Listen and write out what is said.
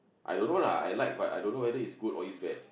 I don't know lah I like but I dunno if its good or its bad